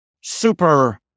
super